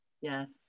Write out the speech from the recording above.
Yes